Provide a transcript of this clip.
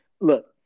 look